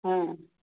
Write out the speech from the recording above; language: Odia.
ହଁ